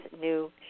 new